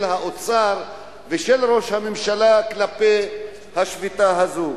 האוצר ושל ראש הממשלה כלפי השביתה הזאת.